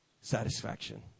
satisfaction